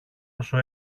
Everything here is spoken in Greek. όσο